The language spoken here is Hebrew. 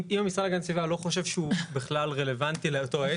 אם המשרד להגנת הסביבה לא חושב שהוא בכלל רלוונטי לאותו עסק.